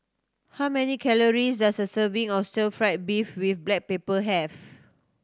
how many calories does a serving of stir fried beef with black pepper have